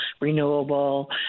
renewable